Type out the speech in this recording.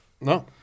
No